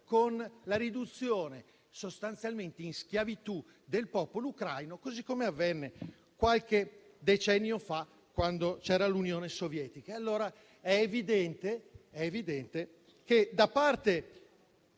con la riduzione sostanzialmente in schiavitù del popolo ucraino, così come avvenne qualche decennio fa quando c'era l'Unione sovietica. È evidente allora che da parte